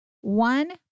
one